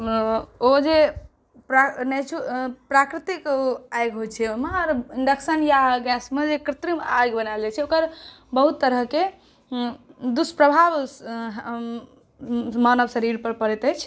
ओ जे प्राकृतिक नेचु प्राकृतिक आगि होइ छै ओहिमे आओर इन्डक्शन या गैसमे जे कृत्रिम आगि बनाएल जाइ छै ओकर बहुत तरहके दुष्प्रभाव मानव शरीरपर पड़ैत अछि